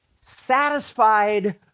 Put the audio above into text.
satisfied